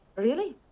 really?